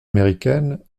américaine